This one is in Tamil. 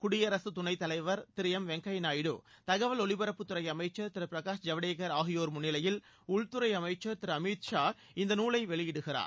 குடியரசுத் துணைத்தலைவர் திரு எம் வெங்கையா நாயுடு தகவல் ஒலிரப்புத்துறை அமைச்சர் திரு பிரகாஷ் ஐவடேகர் ஆகியோர் முன்னிலையில் உள்துறை அமச்சர் திரு அமித் ஷா இந்த நூலை வெளியிடுகிறார்